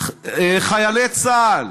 חיילי צה"ל.